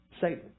Satan